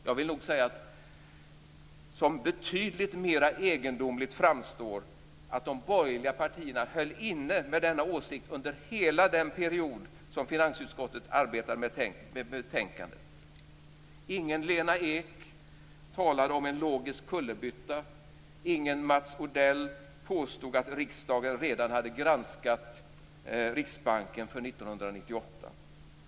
Jag vill nog säga att som betydligt mera egendomligt framstår att de borgerliga partierna höll inne med denna åsikt under hela den period som finansutskottet arbetade med betänkandet. Ingen Lena Ek talade om en logisk kullerbytta. Ingen Mats Odell påstod att riksdagen redan hade granskat Riksbanken för 1998.